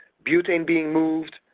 butane being moved,